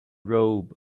robe